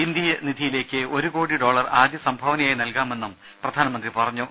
India നിധിയിലേക്ക് ഒരു crore dollar ആദ്യസംഭാവനയായി നൽകാമെന്ന് പ്രധാനമന്ത്രി അറിയിച്ചു